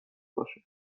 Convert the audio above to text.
باشه